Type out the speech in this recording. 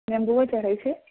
नेम्बुओ चढ़ैत छै